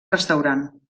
restaurant